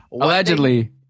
Allegedly